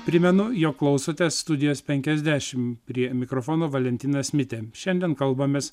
primenu jog klausotės studijos penkiasdešimt prie mikrofono valentinas mitė šiandien kalbamės